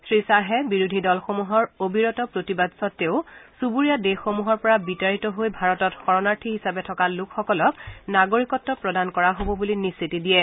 শ্ৰীশ্বাহে বিৰোধী দলসমূহৰ অৱিৰত প্ৰতিবাদ স্বত্তেও চুবুৰীয়া দেশসমূহৰ পৰা বিতাৰিত হৈ ভাৰতত শৰণাৰ্থী হিচাপে থকা লোকসকলক নাগৰিকত্ব প্ৰদান কৰা হব বুলি নিশ্চিতি দিয়ে